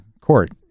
court